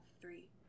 three